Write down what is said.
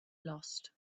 lost